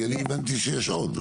כי אני הבנתי שיש עוד.